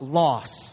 loss